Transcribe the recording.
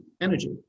energy